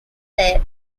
their